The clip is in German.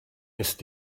ist